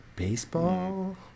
Baseball